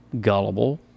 gullible